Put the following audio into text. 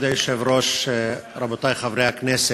כבוד היושב-ראש, רבותי חברי הכנסת,